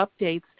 updates